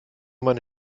meine